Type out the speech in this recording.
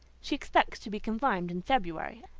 she expects to be confined in february,